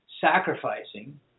sacrificing